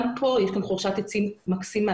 גם כאן יש חורשת עצים מקסימה.